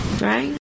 Right